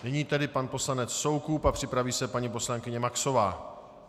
Nyní tedy pan poslanec Soukup a připraví se paní poslankyně Maxová.